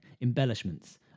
embellishments